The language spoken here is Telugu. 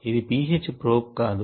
ఇది pH ప్రోబ్ కాదు